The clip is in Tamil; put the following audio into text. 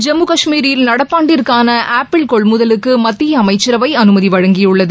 ஜம்மு கஷ்மீரில் நடப்பாண்டிற்கான ஆப்பிள் கொள்முதலுக்கு மத்திய அமைச்சரவை அனுமதி வழங்கியுள்ளது